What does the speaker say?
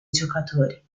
giocatori